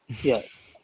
yes